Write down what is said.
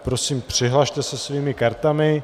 Prosím, přihlaste se svými kartami.